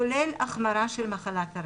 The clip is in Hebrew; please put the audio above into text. כולל החמרה של מחלת הרקע.